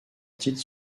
titres